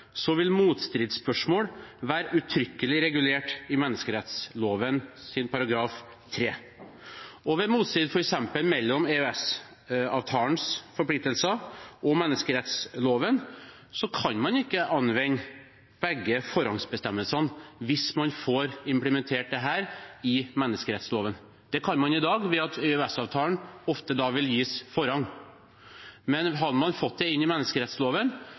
Ved motstrid mellom f.eks. EØS-avtalens forpliktelser og menneskerettsloven kan man ikke anvende begge forrangsbestemmelsene hvis man får implementert dette i menneskerettsloven. Det kan man i dag, ved at EØS-avtalen ofte vil gis forrang. Men hadde man fått det inn i menneskerettsloven,